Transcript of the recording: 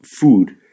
food